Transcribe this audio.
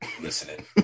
listening